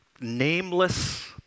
nameless